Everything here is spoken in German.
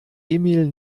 emil